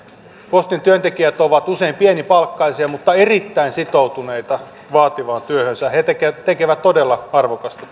postin työntekijät ovat usein pienipalkkaisia mutta erittäin sitoutuneita vaativaan työhönsä he tekevät he tekevät todella arvokasta